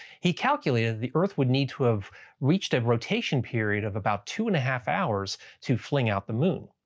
he calculated the earth would need to have reached at rotation period of about two and a half hours to fling out the moon.